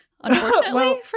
Unfortunately